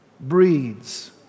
breeds